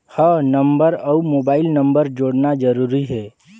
हव नंबर अउ mobile number जोड़ना जरूरी हे?